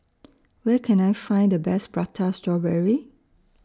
Where Can I Find The Best Prata Strawberry